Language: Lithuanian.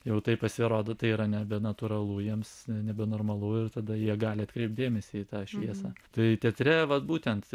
jau taip pasirodo tai yra nebenatūralu jiems nebenormalu ir tada jie gali atkreipt dėmesį į tą šviesą tai teatre vat būtent